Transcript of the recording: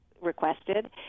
requested